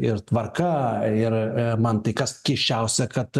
ir tvarka ir man tai kas keisčiausia kad